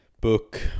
book